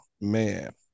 man